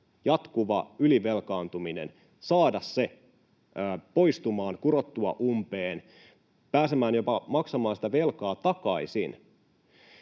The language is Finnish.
jatkuva ylivelkaantuminen, poistumaan, kurottua umpeen, päästä jopa maksamaan sitä velkaa takaisin,